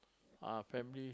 ah family